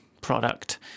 product